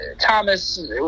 Thomas